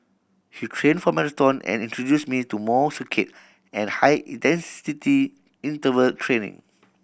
he trained for marathon and introduced me to more circuit and high intensity interval training